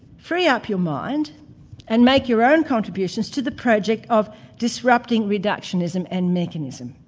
free up your mind and make your own contributions to the project of disrupting reductionism and mechanism.